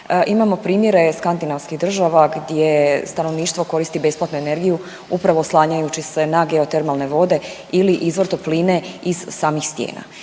Imamo primjere skandinavskih država gdje stanovništvo koristi besplatnu energiju upravo oslanjajući se na geotermalne vode ili izvor topline iz samih stijena.